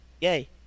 Yay